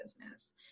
business